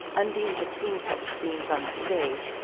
undine had seen such scenes on the stage,